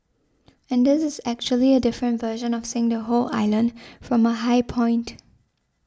and this is actually a different version of seeing the whole island from a high point